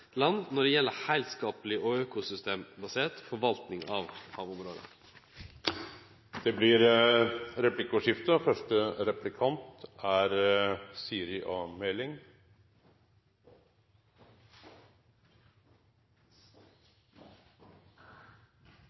når det gjeld heilskapleg og økosystembasert forvalting av havområde. Det blir replikkordskifte.